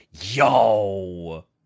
Yo